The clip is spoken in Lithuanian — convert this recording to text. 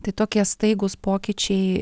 tai tokie staigūs pokyčiai